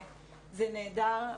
זה נהדר.